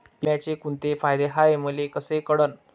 बिम्याचे कुंते फायदे हाय मले कस कळन?